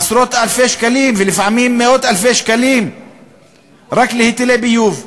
עשרות-אלפי שקלים ולפעמים מאות-אלפי שקלים רק על היטלי ביוב.